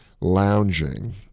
lounging